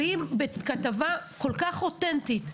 אם בכתבה כל כך אוטנטית,